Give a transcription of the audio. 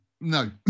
no